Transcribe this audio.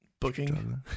Booking